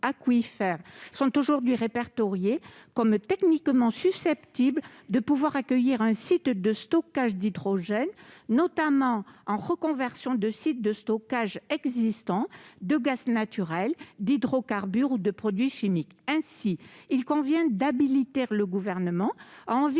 sont aujourd'hui répertoriés comme techniquement susceptibles d'accueillir un site de stockage d'hydrogène, notamment en reconversion de sites existants de stockage de gaz naturel, d'hydrocarbures ou de produits chimiques. Ainsi convient-il d'habiliter le Gouvernement à envisager